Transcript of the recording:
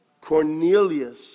Cornelius